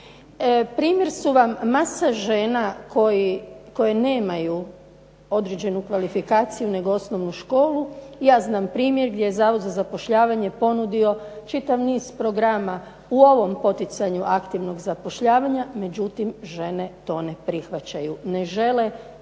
Primjer su vam masa žena koje nemaju određenu kvalifikaciju nego osnovnu školu. Ja znam primjer gdje je Zavod za zapošljavanje ponudio čitav niz programa u ovom poticanju aktivnog zapošljavanja. Međutim, žene to ne prihvaćaju. Ne žele ići